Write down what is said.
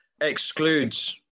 excludes